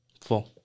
Four